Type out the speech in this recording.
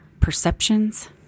perceptions